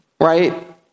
right